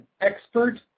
expert